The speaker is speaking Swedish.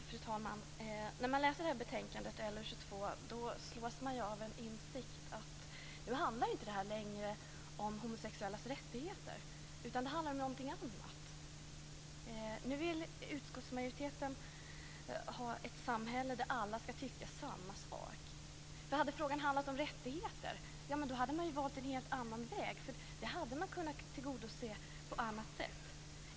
Fru talman! När man läser betänkande LU22 slås man av en insikt att det nu inte längre handlar om de homosexuellas rättigheter, utan det handlar om någonting annat. Nu vill utskottsmajoriteten ha ett samhälle där alla ska tycka samma sak. Hade frågan handlat om rättigheter hade man valt en helt annan väg. Då hade man kunnat tillgodose det på annat sätt.